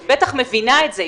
את בטח מבינה את זה.